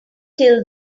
till